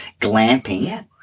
glamping